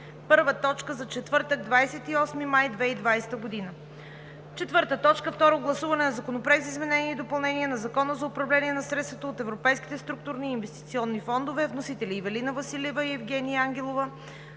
първа за четвъртък, 28 май 2020 г. 4. Второ гласуване на Законопроекта за изменение и допълнение на Закона за управление на средствата от Европейските структурни и инвестиционни фондове, вносители – Ивелина Василева и Евгения Ангелова,